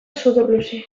sudurluze